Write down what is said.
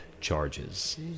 charges